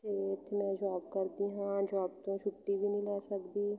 ਅਤੇ ਇੱਥੇ ਮੈਂ ਜੋਬ ਕਰਦੀ ਹਾਂ ਜੋਬ ਤੋਂ ਛੁੱਟੀ ਵੀ ਨਹੀਂ ਲੈ ਸਕਦੀ